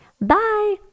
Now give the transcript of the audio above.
Bye